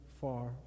far